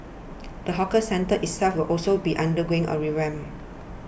the hawker centre itself will also be undergoing a revamp